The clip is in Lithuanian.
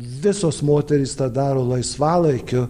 visos moterys tą daro laisvalaikiu